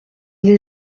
les